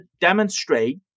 demonstrate